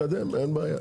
בסדר, אין בעיה.